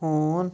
ہوٗن